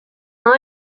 all